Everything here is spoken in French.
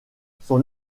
son